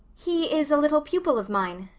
he is a little pupil of mine,